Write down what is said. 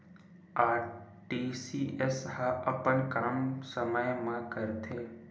RTGS ह अपन काम समय मा करथे?